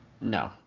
No